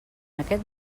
aquest